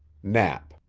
knapp.